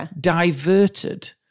diverted